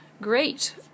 Great